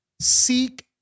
seek